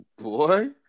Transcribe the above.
Boy